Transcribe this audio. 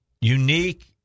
unique